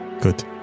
Good